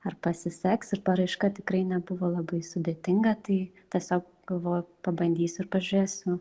ar pasiseks ir paraiška tikrai nebuvo labai sudėtinga tai tiesiog galvojau pabandysiu ir pažiūrėsiu